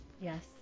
Yes